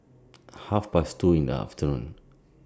Half Past two in The afternoon